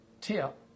tip